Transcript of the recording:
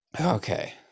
Okay